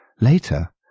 Later